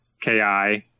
ki